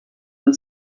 han